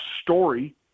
story